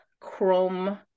Chrome